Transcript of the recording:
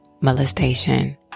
molestation